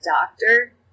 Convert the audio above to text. doctor